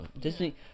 Disney